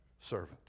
servant